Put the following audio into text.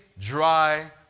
dry